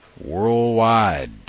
worldwide